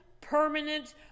permanent